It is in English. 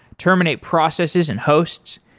terminate processes and hosts.